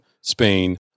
Spain